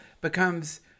becomes